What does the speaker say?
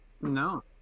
No